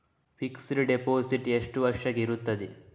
Fixed deposit ಎಷ್ಟು ವರ್ಷಕ್ಕೆ ಇರುತ್ತದೆ?